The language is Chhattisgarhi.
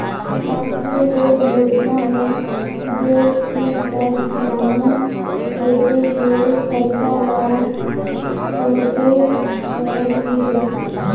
रास्टीय रेल योजना में उद्योग चीच ल लाने लेजे के खरचा ल थोरहें करल गे हे